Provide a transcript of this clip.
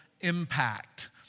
impact